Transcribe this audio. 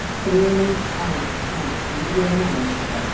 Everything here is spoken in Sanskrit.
त्रीणि द्विदिने आवश्यकम्